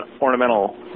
ornamental